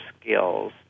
skills